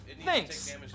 Thanks